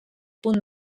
punt